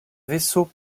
vaisseau